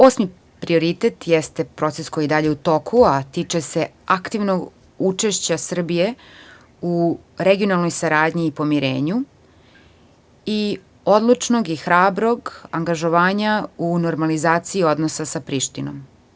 Osmi prioritet jeste proces koji je i dalje u toku, a tiče se aktivnog učešća Srbije u regionalnoj saradnji i pomirenju, i odlučnog i hrabrog angažovanja u normalizaciji odnosa sa Prištinom.